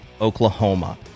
Oklahoma